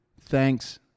Thanks